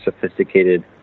sophisticated